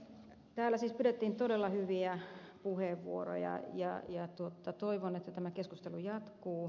täällä siis pidettiin todella hyviä puheenvuoroja ja toivon että tämä keskustelu jatkuu